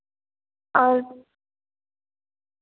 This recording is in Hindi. और